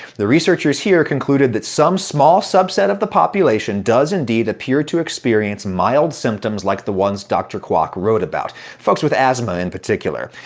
the researchers here concluded that some small subset of the population does, indeed, appear to experience mild symptoms like the ones dr. kwok wrote about folks with asthma, in particular.